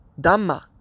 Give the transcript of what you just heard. Dhamma